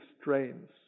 strains